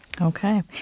Okay